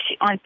on